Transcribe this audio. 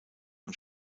und